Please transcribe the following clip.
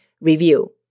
review